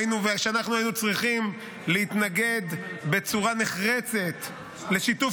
כשאנחנו היינו צריכים להתנגד בצורה נחרצת לשיתוף